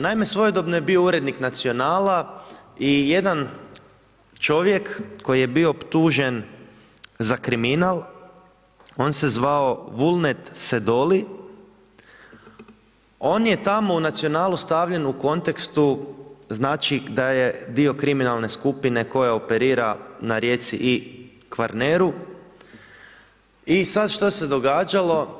Naime, svojedobno je bio urednik Nacionala i jedan čovjek koji je bio optužen za kriminal, on se zvao Vullnet Sedolli, on je tamo u Nacionalnu stavljen u kontekstu da je dio kriminalne skupine koja operira na Rijeci i Kvarneru, i sad što se događalo?